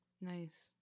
Nice